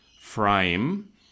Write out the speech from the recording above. frame